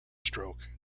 stroke